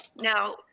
now